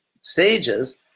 sages